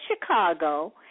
Chicago